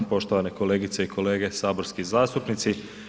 Poštovane kolegice i kolege saborski zastupnici.